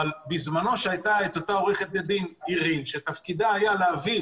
אבל בזמנו, כשהייתה עו"ד אירין, שתפקידה היה להביא